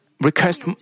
request